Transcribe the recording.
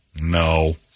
No